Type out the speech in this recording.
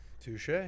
touche